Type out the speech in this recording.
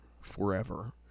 forever